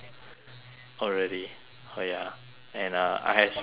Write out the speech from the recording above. oh really oh ya and uh I have spare clothes